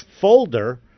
folder